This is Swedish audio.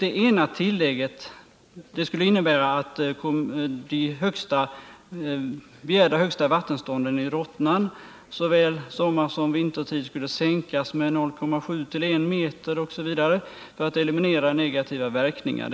Det ena tillägget skulle innebära att de begärda högsta vattenstånden i Rottnan såväl sommarsom vintertid skulle sänkas med 0,7-1 meter osv. för att eliminera negativa verkningar.